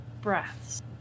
breaths